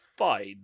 Fine